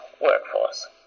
workforce